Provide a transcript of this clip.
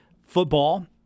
football